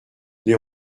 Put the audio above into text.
les